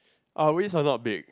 our waves are not big